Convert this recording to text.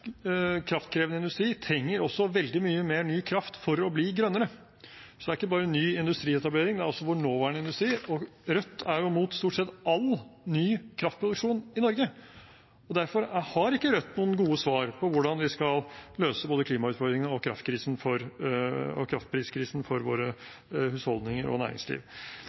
kraftkrevende industri trenger også veldig mye mer ny kraft for å bli grønnere. Så det handler ikke bare om ny industrietablering, men også om vår nåværende industri, og Rødt er jo mot stort sett all ny kraftproduksjon i Norge. Derfor har ikke Rødt noen gode svar på hvordan vi skal løse både klimautfordringene og kraftpriskrisen for våre husholdninger og